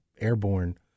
Airborne